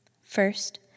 First